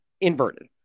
inverted